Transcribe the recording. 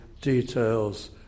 details